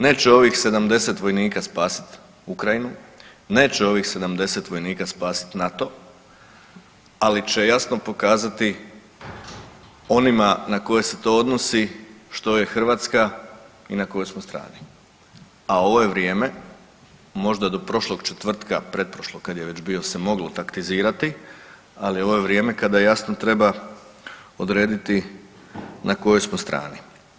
Neće ovih 70 vojnika spasit Ukrajinu, neće ovih 70 vojnika spasiti NATO, ali će jasno pokazati onima na koje se to odnosi što je Hrvatska i na kojoj smo strani, a ovo je vrijeme možda do prošlog četvrtka, pretprošlog kad je već bio se moglo taktizirati, ali ovo je vrijeme kada jasno treba odrediti na kojoj smo strani.